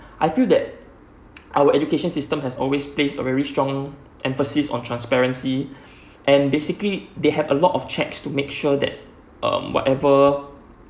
I feel that our education system has always placed a very strong emphasis on transparency and basically they have a lot of checks to make sure that um whatever